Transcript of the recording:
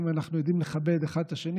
אם אנחנו יודעים לכבד אחד את השני,